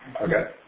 Okay